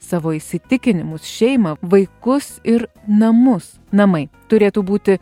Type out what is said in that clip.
savo įsitikinimus šeimą vaikus ir namus namai turėtų būti